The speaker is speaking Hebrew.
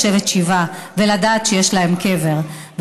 לשבת שבעה ולדעת שיש להן קבר.